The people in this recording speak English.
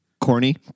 Corny